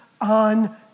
on